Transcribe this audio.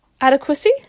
adequacy